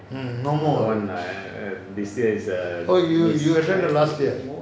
mm no more oh you enjoyed it last year